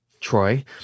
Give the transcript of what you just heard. Troy